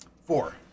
Four